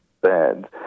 bad